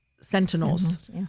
Sentinels